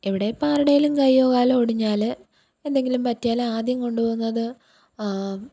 ഇവിടെ ഇപ്പം ആരുടെയെങ്കിലും കൈയോ കാലോ ഒടിഞ്ഞാൽ എന്തെങ്കിലും പറ്റിയാൽ ആദ്യം കൊണ്ടു പോകുന്നത്